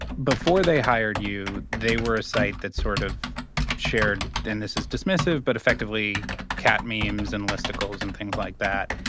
before they hired you, they were a site that sort of shared, and this is dismissive, but effectively cat memes and listicles and things like that.